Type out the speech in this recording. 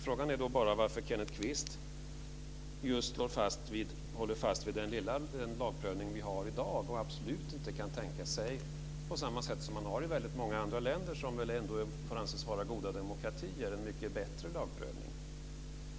Frågan är bara varför Kenneth Kvist just håller fast vid den lagprövning vi har i dag och absolut inte kan tänka sig att ha det som i många andra länder, som ändå får anses vara goda demokratier, och införa en mycket bättre lagprövning.